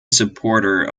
supporter